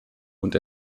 und